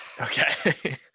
Okay